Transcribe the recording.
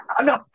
no